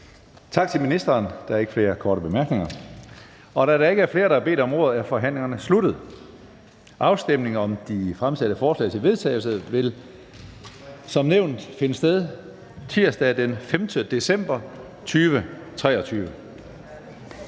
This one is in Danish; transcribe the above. Tak til ordføreren. Da der ikke er flere, der har bedt om ordet, er forhandlingen sluttet. Afstemningen om de fremsatte forslag til vedtagelse vil som nævnt først finde sted tirsdag den 5. december 2023.